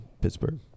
Pittsburgh